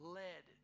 led